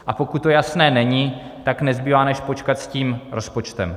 A pokud to jasné není, tak nezbývá, než počkat s tím rozpočtem.